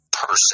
Person